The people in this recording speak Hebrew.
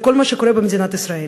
לכל מה שקורה במדינת ישראל.